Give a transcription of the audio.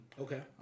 Okay